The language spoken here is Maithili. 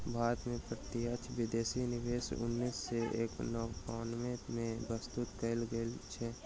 भारत में प्रत्यक्ष विदेशी निवेश उन्नैस सौ एकानबे में प्रस्तुत कयल गेल छल